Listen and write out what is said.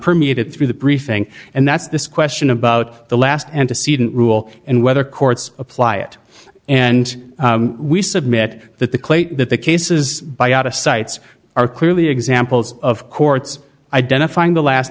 permeated through the briefing and that's this question about the last antecedent rule and whether courts apply it and we submit that the claim that the cases buyout ascites are clearly examples of courts identifying the last